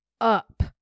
up